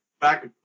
Back